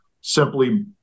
simply